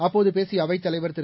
அப்போது பேசிய அவைத்தலைவர் திரு